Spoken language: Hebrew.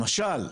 למשל.